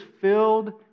filled